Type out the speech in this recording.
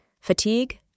fatigue